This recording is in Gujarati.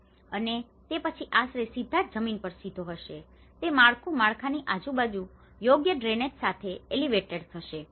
અને તે પછી આશ્રય સીધા જ જમીન પર સીધો હશે તે માળખું માળખાની આજુબાજુ યોગ્ય ડ્રેનેજ સાથે એલિવેટેડ થશે